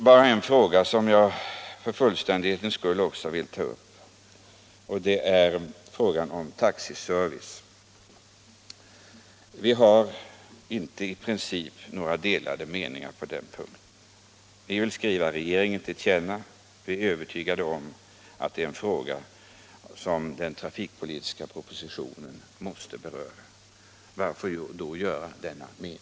En annan fråga som jag för fullständighetens skull också vill ta upp är taxiservicen. Vi har i princip inte några delade meningar på den punkten. Vi är övertygade om att det är en fråga som den trafikpolitiska propositionen måste beröra, och varför skall man då ge sin mening till känna för regeringen?